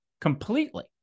completely